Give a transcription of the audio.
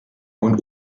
und